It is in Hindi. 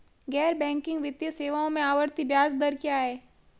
गैर बैंकिंग वित्तीय सेवाओं में आवर्ती ब्याज दर क्या है?